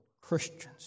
Christians